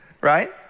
right